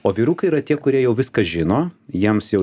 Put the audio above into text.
o vyrukai yra tie kurie jau viską žino jiems jau